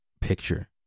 picture